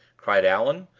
cried allan.